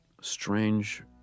strange